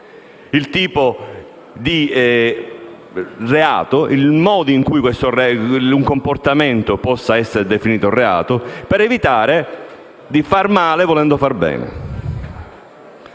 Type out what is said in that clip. il tipo di reato, il modo in cui questo comportamento possa essere definito reato, per evitare di far male volendo far bene.